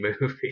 movie